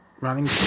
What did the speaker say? running